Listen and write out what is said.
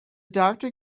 doctor